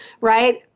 right